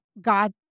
God